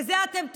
בזה אתם טובים.